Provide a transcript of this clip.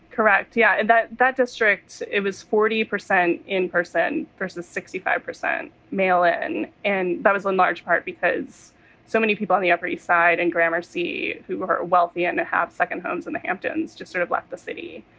correct? yeah, and that that district, it was forty percent in person versus sixty five percent male in. and that was in large part because so many people on the upper east side and gramercy who are wealthy and have second homes in the hamptons, just sort of left the city.